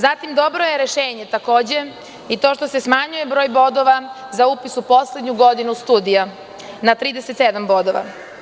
Dobro je rešenje takođe i to što se smanjuje broj bodova za upis u poslednju godinu studija na 37 bodova.